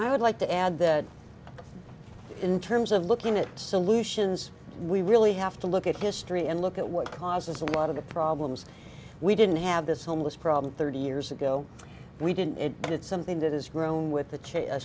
i would like to add that in terms of looking at solutions we really have to look at history and look at what causes a lot of the problems we didn't have this homeless problem thirty years ago we didn't and it's something that has grown with the